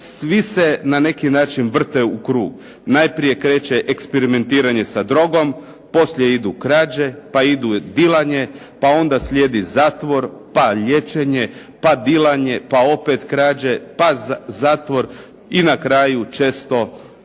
Svi se na neki način vrte u krug. Najprije kreće eksperimentiranje sa drogom, poslije idu krađe pa ide dilanje, pa onda slijedi zatvor, pa liječenje, pa dilanje, pa opet krađe, pa zatvor i na kraju često kod